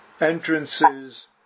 entrances